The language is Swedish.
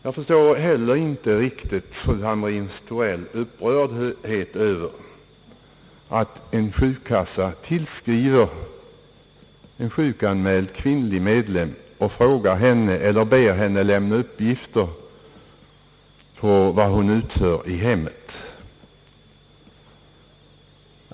Jag förstår inte heller riktigt fru Hamrin-Thorells upprördhet över att en sjukkassa tillskriver en sjukanmäld kvinnlig medlem och ber henne lämna uppgifter på vad hon utför i hemmet.